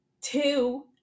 Two